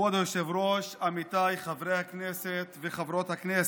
כבוד היושב-ראש, עמיתיי חברי הכנסת וחברות הכנסת,